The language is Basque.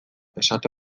esate